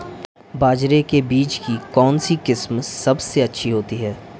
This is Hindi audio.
बाजरे के बीज की कौनसी किस्म सबसे अच्छी होती है?